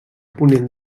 ponent